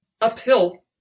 Uphill